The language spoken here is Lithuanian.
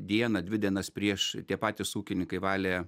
dieną dvi dienas prieš tie patys ūkininkai valė